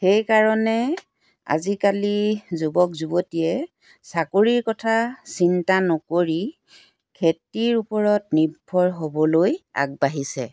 সেইকাৰণে আজিকালি যুৱক যুৱতীয়ে চাকৰিৰ কথা চিন্তা নকৰি খেতিৰ ওপৰত নিৰ্ভৰ হ'বলৈ আগবাঢ়িছে